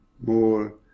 more